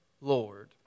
Lord